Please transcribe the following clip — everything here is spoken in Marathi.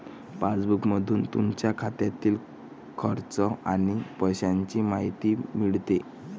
पासबुकमधून तुमच्या खात्यातील खर्च आणि पैशांची माहिती मिळते